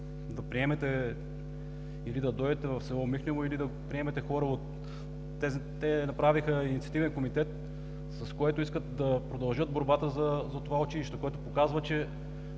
важно Вие или да дойдете в село Михнево, или да приемете хора – те направиха Инициативен комитет, с който искат да продължат борбата за това училище, което показва, че